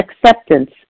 acceptance